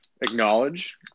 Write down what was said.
acknowledge